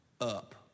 up